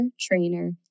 trainer